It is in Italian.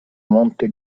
monte